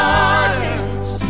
gardens